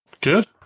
Good